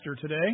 today